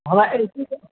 हँ A C के